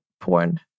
porn